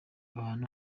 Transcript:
abantu